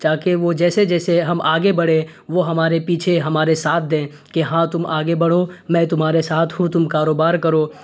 تاکہ وہ جیسے جیسے ہم آگے بڑھیں وہ ہمارے پیچھے ہمارے ساتھ دیں کہ ہاں تم آگے بڑھو میں تمہارے ساتھ ہوں تم کاروبار کرو